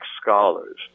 scholars